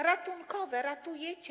Ratunkowe?